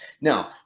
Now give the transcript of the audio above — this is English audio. Now